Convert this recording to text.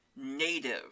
native